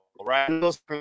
right